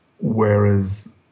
whereas